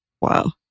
Wow